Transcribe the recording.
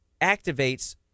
activates